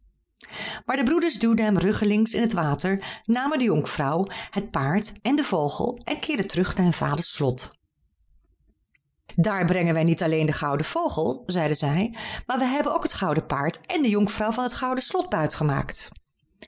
maar de broeders duwden hem ruggelings in het water namen de jonkvrouw het paard en den vogel en keerden terug naar hun vader's slot daar brengen wij niet alléén den gouden vogel zeiden zij maar wij hebben ook het gouden paard en de jonkvrouw van het gouden slot